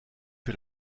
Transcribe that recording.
que